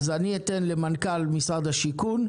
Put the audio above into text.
אני אתן למנכ"ל משרד השיכון,